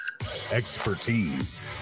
expertise